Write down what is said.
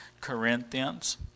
Corinthians